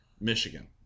Michigan